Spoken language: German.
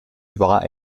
war